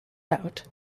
out